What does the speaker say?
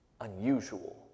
unusual